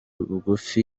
bugufi